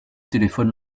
téléphone